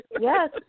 Yes